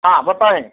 हाँ बताएँ